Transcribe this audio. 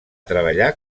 treballar